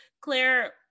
Claire